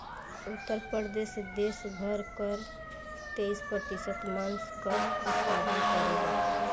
उत्तर प्रदेश देस भर कअ तेईस प्रतिशत मांस कअ उत्पादन करेला